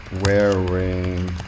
wearing